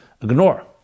ignore